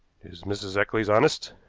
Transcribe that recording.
is mrs. eccles honest?